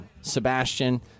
Sebastian